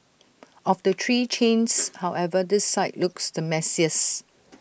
of the three chains however this site looks the messiest